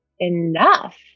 enough